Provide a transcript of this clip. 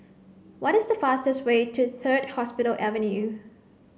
what is the fastest way to Third Hospital Avenue